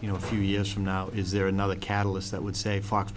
you know a few years from now is there another catalyst that would say fox